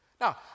Now